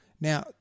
now